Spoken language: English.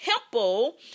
temple